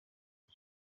ibi